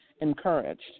encouraged